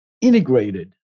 integrated